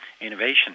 innovation